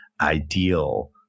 ideal